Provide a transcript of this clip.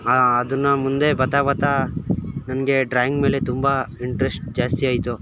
ಅದನ್ನು ಮುಂದೆ ಬರ್ತಾ ಬರ್ತಾ ನನಗೆ ಡ್ರಾಯಿಂಗ್ ಮೇಲೆ ತುಂಬ ಇಂಟ್ರಷ್ಟ್ ಜಾಸ್ತಿಯಾಯಿತು